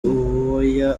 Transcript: uwoya